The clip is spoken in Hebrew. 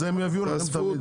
אז הם יביאו לכם.